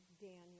Daniel